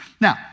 Now